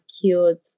cute